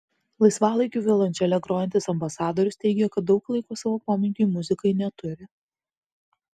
laisvalaikiu violončele grojantis ambasadorius teigė kad daug laiko savo pomėgiui muzikai neturi